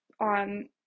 on